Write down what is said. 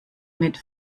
mit